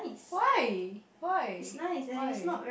why why why